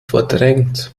verdrängt